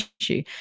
issue